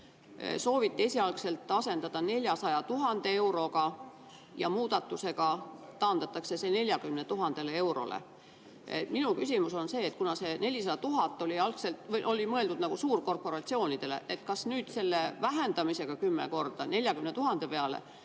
sooviti esialgu asendada 400 000 euroga ja muudatusega taandatakse see 40 000 eurole. Minu küsimus on: kuna 400 000 oli mõeldud suurkorporatsioonidele, siis kas nüüd selle vähendamisega kümme korda, 40 000 peale,